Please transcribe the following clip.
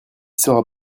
sera